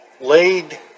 laid